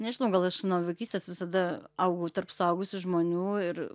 nežinau gal aš nuo vaikystės visada augau tarp suaugusių žmonių ir